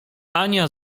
ania